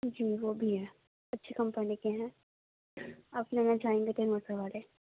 جی وہ بھی ہے اچھی کمپنی کے ہیں آپ لینا چاہیں گے